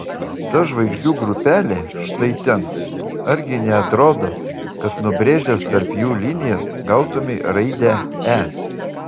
ta žvaigždžių grupelė štai ten argi neatrodo kad nubrėžęs tarp jų linijas gautumei raidę e